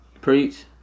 Preach